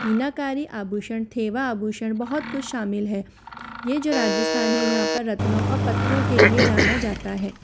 मीनाकारी आभूषण थेवा आभूषण बहुत कुछ शामिल है यह जो राजस्थान है यहाँ पर रत्नों और पत्थरों के लिए जाना जाता है